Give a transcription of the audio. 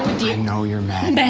know you're mad. mad?